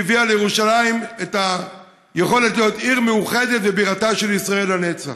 שהביאה לירושלים את היכולת להיות עיר מאוחדת ובירתה של ישראל לנצח.